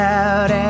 out